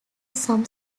some